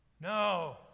No